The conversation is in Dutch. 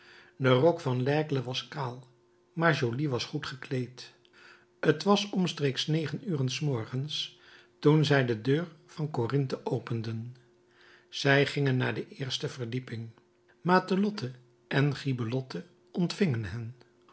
de rok van laigle was kaal maar joly was goed gekleed t was omstreeks negen uren s morgens toen zij de deur van corinthe openden zij gingen naar de eerste verdieping matelotte en gibelotte ontvingen